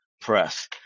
Press